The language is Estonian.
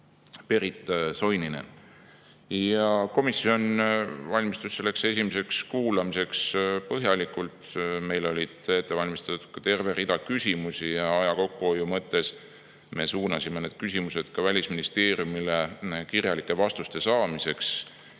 Perit Soininen. Komisjon valmistus selleks esimeseks kuulamiseks põhjalikult. Meil oli ette valmistatud terve rida küsimusi ja aja kokkuhoiu mõttes me suunasime need küsimused Välisministeeriumile kirjalike vastuste saamiseks.